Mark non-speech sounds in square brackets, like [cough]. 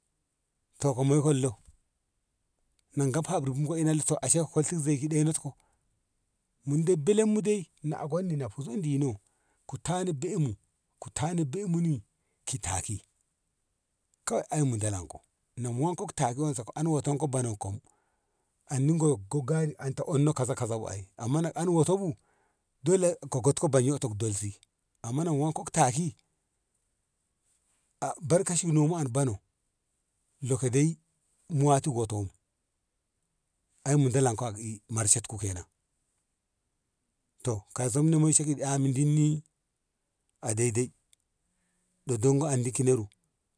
To ko moiko lolo mu gaf habri mu koi ka kwalshi zei ka ɗonit ko mu dem belem mu dai naagon ni na fuzon dino ku tana de mu ku tana de mun ki taki ai mu dalan ko na mu wanko taki wanso an waton ko bonan kom andi goyokko gari na onto kaza kaza bu ai am na han wato bu dole ka gotka bona yoto ka densi amma ya mu wanka taki [hesitation] ban ka shuno an bano loko dai mu wato woto mu ai dolan ko ak i mershet ko kenan to kaiso ni mensho eh dinni a daidai do dongo ani kineru.